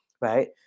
Right